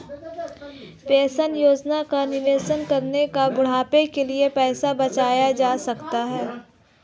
pension योजना में निवेश करके बुढ़ापे के लिए पैसा बचाया जा सकता है